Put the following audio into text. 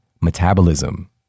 metabolism